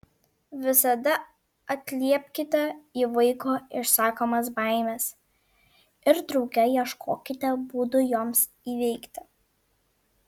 visada atliepkite į vaiko išsakomas baimes ir drauge ieškokite būdų joms įveikti